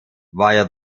via